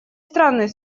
странный